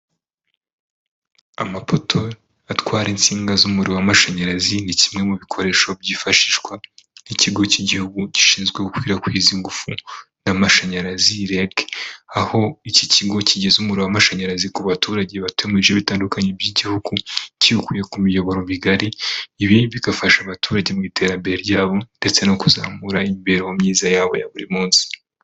Amapoto atwara insinga z'umuriro w'amashanyarazi, ni kimwe mu bikoresho byifashishwa n'ikigo cy'igihugu gishinzwe gukwirakwiza ingufu z'amashanyarazi REG, aho iki kigo kigeze umuriro w'amashanyarazi ku baturage batuye my bice bitandukanye by'igihugu, kiwukuruye ku miyoboro migari, ibi bigafasha abaturage mu iterambere ryabo ndetse no kuzamura imibereho myiza yabo ya buri munsi.